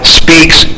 speaks